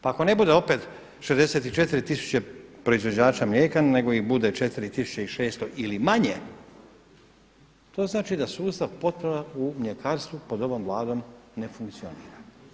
Pa ako ne bude opet 64 tisuće proizvođača mlijeka nego ih bude 4 tisuće i 600 ili manje, to znači da sustav potpuno u mljekarstvu pod ovom Vladom ne funkcionira.